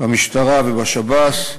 במשטרה ובשב"ס,